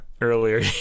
Earlier